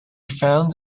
found